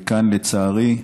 וכאן, לצערי,